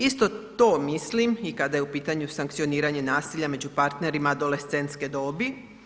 Isto to mislim i kada je u pitanju sankcioniranje nasilja među partnerima adolescentske dobi.